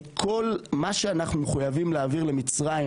את כל מה שאנחנו מחויבים להעביר למצרים,